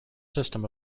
system